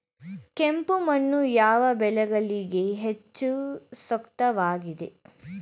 ಕೆಂಪು ಮಣ್ಣು ಯಾವ ಬೆಳೆಗಳಿಗೆ ಹೆಚ್ಚು ಸೂಕ್ತವಾಗಿದೆ?